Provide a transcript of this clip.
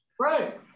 Right